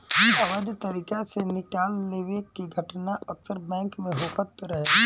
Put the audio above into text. अवैध तरीका से निकाल लेवे के घटना अक्सर बैंक में होखत रहे